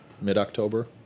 mid-October